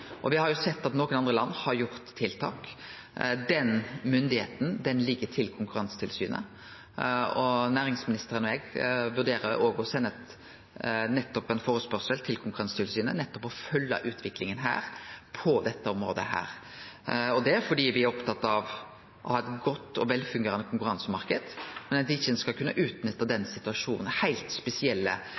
sett at nokre andre land har gjort tiltak. Den myndigheita ligg til Konkurransetilsynet, og næringsministeren og eg vurderer å sende ein førespurnad til dei for å følgje utviklinga på dette området. Det er fordi me er opptatt av å ha ein god og velfungerande konkurransemarknad, men at ein ikkje skal kunne utnytte den heilt spesielle